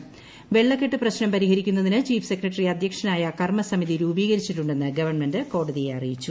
് വെള്ളക്കെട്ട് പ്രശ്നം പരിഹരിക്കുന്നതിന് ചീഫ് സെക്രട്ടറി അധ്യക്ഷനായ കർമസമിതി രൂപീകരിച്ചിട്ടുണ്ടെന്ന് ഗവൺമെന്റ് കോടതിയെ അറിയിച്ചു